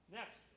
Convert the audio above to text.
Next